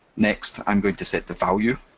next, i'm going to set the value,